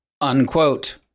unquote